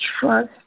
trust